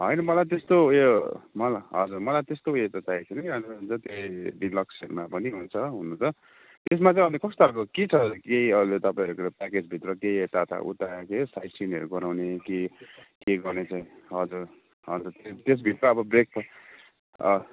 होइन मलाई त्यस्तो उयो मलाई हजुर मलाई त्यस्तो उयो त चाहिएको थिएन कि जति डिल्क्सहरूमा पनि हुन्छ हुनु त त्यसमा चाहिँ अनि कस्तो खालको के छ ए हजुर तपाईँहरू को प्याकेजभित्र केही यता यता क्या साइट सिनहरू गराउने के के गर्ने छ हजुर हजर त्यसभित्र अब ब्रेकफास्ट